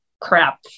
crap